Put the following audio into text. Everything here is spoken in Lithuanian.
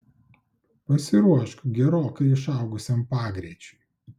pasiruošk gerokai išaugusiam pagreičiui